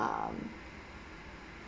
um